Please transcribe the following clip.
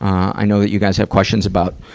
i know that you guys have questions about,